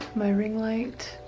my ring light,